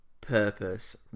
purpose